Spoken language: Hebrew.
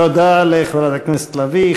תודה לחברת הכנסת לביא.